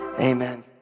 Amen